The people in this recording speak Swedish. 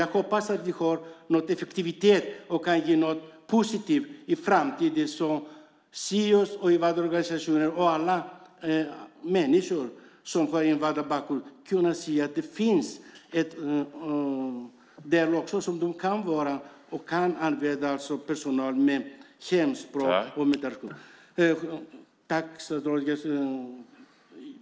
Jag hoppas att man med dessa uppnår effektivitet och kan ge något positivt i framtiden så att Sios, invandrarorganisationer och alla människor med invandrarbakgrund ska kunna se att det finns tillgång till personal som talar deras hemspråk. Herr talman!